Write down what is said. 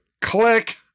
Click